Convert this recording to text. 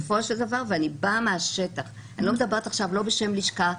ואני באה מהשטח אני לא מדברת עכשיו לא בשם לשכה,